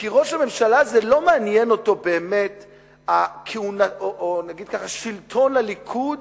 כי ראש הממשלה, לא מעניין אותו באמת שלטון הליכוד